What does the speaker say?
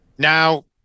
Now